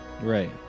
Right